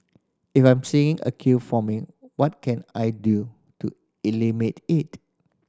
if I'm seeing a queue forming what can I do to eliminate it